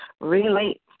relate